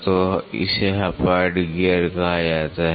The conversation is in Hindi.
तो इसे हाइपोइड गियर कहा जाता है